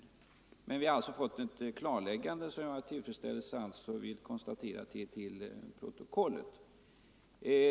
Nu har vi alltså fått ett klarläggande som jag med tillfredsställelse noterar till protokollet.